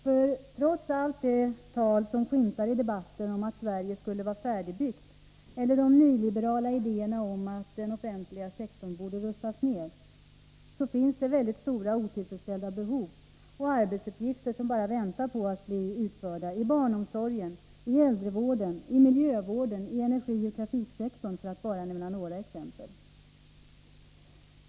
För trots allt tal om att Sverige skulle vara färdigbyggt eller de nyliberala idéerna om att den offentliga sektorn borde rustas ned, finns det mycket stora otillfredsställda behov och arbetsuppgifter som bara väntar på att bli utförda i barnomsorgen, i äldrevården, i miljövården, i energioch trafiksektorn, för att bara nämna några exempel.